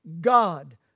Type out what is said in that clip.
God